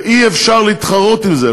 ואי-אפשר להתחרות עם זה.